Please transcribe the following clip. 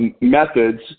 methods